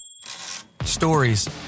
Stories